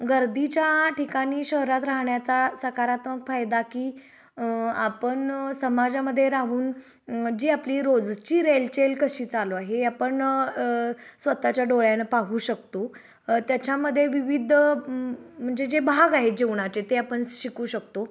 गर्दीच्या ठिकाणी शहरात राहण्याचा सकारात्मक फायदा की आपण समाजामध्ये राहून जी आपली रोजची रेलचेल कशी चालू आहे आपण स्वतःच्या डोळ्याने पाहू शकतो त्याच्यामध्ये विविध म्हणजे जे भाग आहे जीवनाचे ते आपण शिकू शकतो